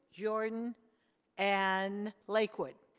jordan and lakewood.